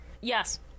yes